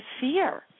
fear